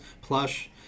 plush